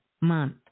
month